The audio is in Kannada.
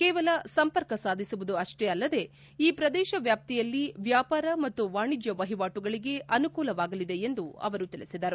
ಕೇವಲ ಸಂಪರ್ಕ ಸಾಧಿಸುವುದು ಅಷ್ಟೇ ಅಲ್ಲದೇ ಈ ಪ್ರದೇಶ ವ್ಯಾಪ್ತಿಯಲ್ಲಿ ವ್ಯಾಪಾರ ಮತ್ತು ವಾಣಿಜ್ಯ ವಹಿವಾಟುಗಳಿಗೆ ಅನುಕೂಲವಾಗಳಿದೆ ಎಂದು ಅವರು ಹೇಳಿದರು